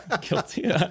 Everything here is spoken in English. Guilty